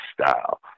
style